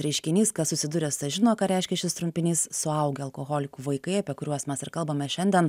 reiškinys kas susiduręs tas žino ką reiškia šis trumpinys suaugę alkoholikų vaikai apie kuriuos mes ir kalbame šiandien